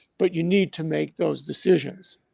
but you need to make those decisions.